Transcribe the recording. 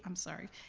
i'm sorry,